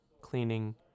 cleaning